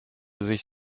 sich